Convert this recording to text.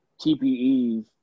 TPEs